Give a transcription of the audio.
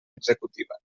executiva